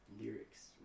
lyrics